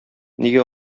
нигә